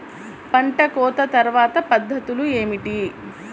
పంట కోత తర్వాత పద్ధతులు ఏమిటి?